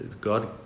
God